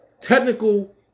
technical